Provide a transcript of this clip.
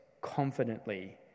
confidently